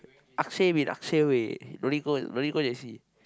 Akshay-Bin-Akshay eh no need go no need go J_C